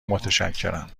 متشکرم